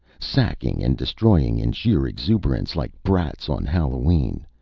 sacking and destroying in sheer exuberance, like brats on hallowe'en.